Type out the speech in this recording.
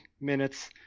minutes